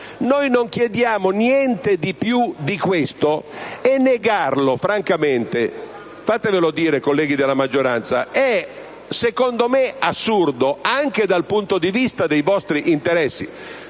Non chiediamo niente di più di questo, e negarlo, francamente - fatevelo dire, colleghi della maggioranza - è, secondo me, assurdo, anche dal punto di vista dei vostri interessi.